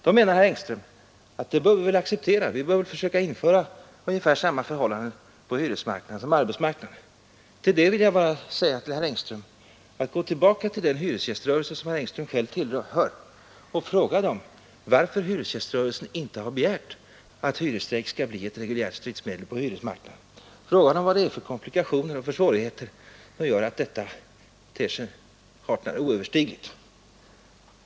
Då menar herr Engström att vi bör försöka införa ungefär samma förhållanden på hyresmarknaden som på arbetsmarknaden. Till detta vill jag endast säga: Gå tillbaka till den hyresgäströrelse som herr Engström själv tillhör och fråga varför hyresgäströrelsen inte har begärt att hyresstrejk skall bli ett reguljärt stridsmedel på hyresmarknaden! Fråga vilka komplikationer och svårigheter det är som gör att detta ter sig hart när omöjligt.